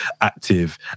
active